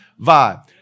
vibe